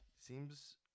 seems